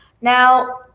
now